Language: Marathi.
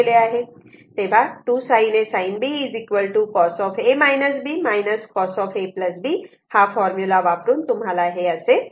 तेव्हा 2 sin A sin B cos cos A B हा फॉर्म्युला वापरून तुम्हाला हे असे मिळत आहे